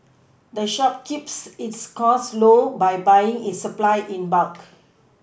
the shop keeps its costs low by buying its supplies in bulk